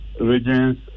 regions